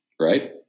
right